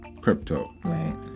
crypto